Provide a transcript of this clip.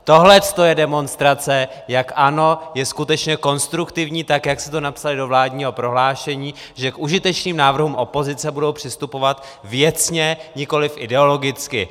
Tohleto je demonstrace, jak ANO je skutečně konstruktivní, tak jak jste to napsali do vládního prohlášení, že k užitečným návrhům opozice budou přistupovat věcně, nikoliv ideologicky.